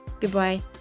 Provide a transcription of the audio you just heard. Goodbye